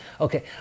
Okay